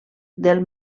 del